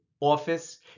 office